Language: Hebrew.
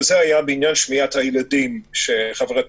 וזה היה בעניין שמיעת הילדים שחברתנו